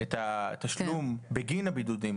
את התשלום בגין הבידודים.